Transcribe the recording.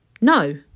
No